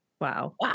Wow